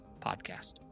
podcast